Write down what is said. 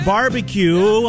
Barbecue